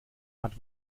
hat